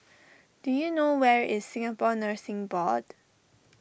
do you know where is Singapore Nursing Board